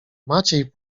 maciej